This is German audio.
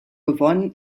gewonnen